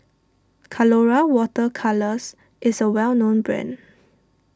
Colora Water Colours is a well known brand